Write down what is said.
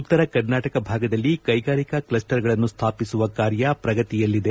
ಉತ್ತರ ಕರ್ನಾಟಕ ಭಾಗದಲ್ಲಿ ಕೈಗಾರಿಕಾ ಕ್ಲಸ್ಟರ್ಗಳನ್ನು ಸ್ಥಾಪಿಸುವ ಕಾರ್ಯ ಪ್ರಗತಿಯಲ್ಲಿದೆ